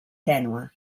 tènue